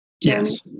Yes